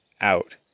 out